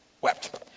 wept